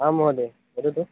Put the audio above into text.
आं महोदय वदतु